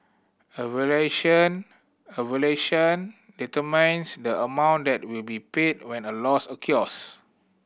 a valuation a valuation determines the amount that will be paid when a loss occurs